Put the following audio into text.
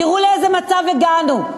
תראו לאיזה מצב הגענו,